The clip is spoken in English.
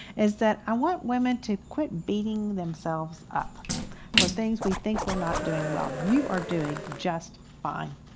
is that i want women to quit beating themselves up for things we think weir not doing well. you are doing just fine.